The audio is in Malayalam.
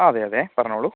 അതെ അതെ പറഞ്ഞോളു